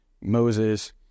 Moses